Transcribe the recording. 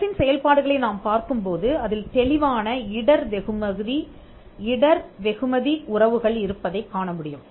அரசின் செயல்பாடுகளை நாம் பார்க்கும்போது அதில் தெளிவான இடர் வெகுமதி உறவுகள் இருப்பதைக் காணமுடியும்